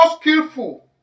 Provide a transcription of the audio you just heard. skillful